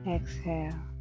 Exhale